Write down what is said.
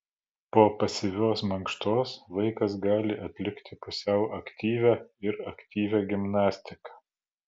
po pasyvios mankštos vaikas gali atlikti pusiau aktyvią ir aktyvią gimnastiką